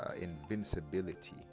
invincibility